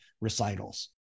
recitals